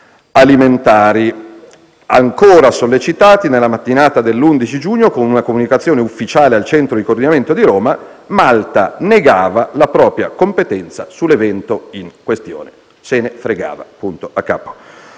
alimentari. Ancora sollecitati nella mattinata dell'11 giugno, con una comunicazione ufficiale al centro di coordinamento di Roma, Malta negava la propria competenza sull'evento in questione: se ne fregava. In attesa